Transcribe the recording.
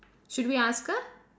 should we ask her